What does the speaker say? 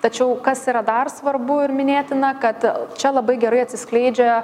tačiau kas yra dar svarbu ir minėtina kad čia labai gerai atsiskleidžia